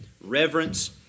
Reverence